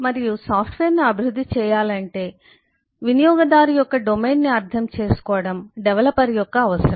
మరియు సాఫ్ట్వేర్ను అభివృద్ధి చేయాలంటే వినియోగదారుయూజర్ user యొక్క డొమైన్ను అర్థం చేసుకోవడం డెవలపర్ యొక్క అవసరం